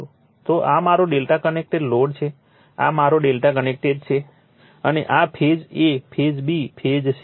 તો આ મારો Δ કનેક્ટેડ લોડ છે આ મારો Δ કનેક્ટેડ લોડ છે અને આ phase a phase b phase c છે